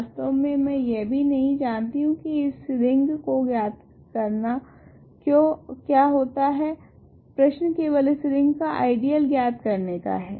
वास्तव में मैं यह भी नहीं जानती हूँ की इस रिंग को ज्ञात करना क्या होता है प्रश्न केवल इस रिंग का आइडियल ज्ञात करने का है